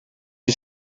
you